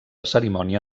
cerimònia